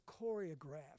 choreographed